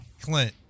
Clint